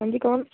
ਹਾਂਜੀ ਕੌਣ